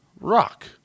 Rock